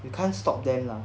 you can't stop them lah